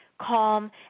calm